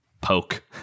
Poke